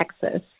Texas